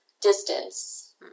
distance